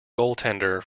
goaltender